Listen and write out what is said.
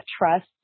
trust